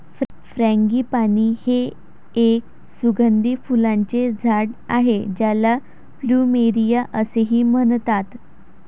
frangipani हे एक सुगंधी फुलांचे झाड आहे ज्याला प्लुमेरिया असेही म्हणतात